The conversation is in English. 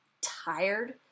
tired